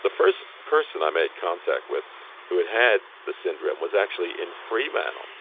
the first person i made contact with who had had the syndrome was actually in fremantle